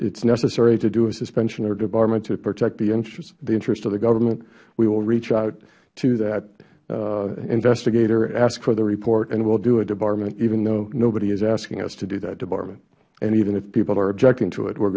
is necessary to do a suspension or debarment to protect the interests of the government we will reach out to that investigator ask for the report and will do a debarment even though nobody is asking us to do that debarment and even if people are objecting to it we